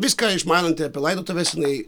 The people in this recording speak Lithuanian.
viską išmananti apie laidotuves jinai